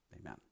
Amen